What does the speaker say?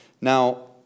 Now